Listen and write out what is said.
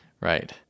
Right